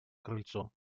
крыльцо